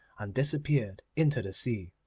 and disappeared into the sea.